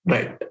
Right